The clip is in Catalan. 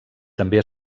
també